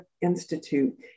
Institute